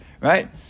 Right